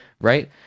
right